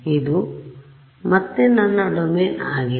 ಇದು ಮತ್ತೆ ನನ್ನ ಡೊಮೇನ್ ಆಗಿದೆ